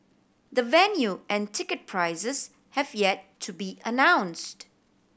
the venue and ticket prices have yet to be announced